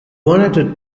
wanted